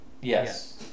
Yes